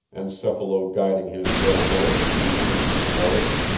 encephalo-guiding his rohorse through the ancient forest,